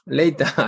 later